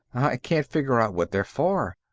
i can't figure out what they're for.